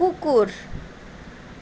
कुकुर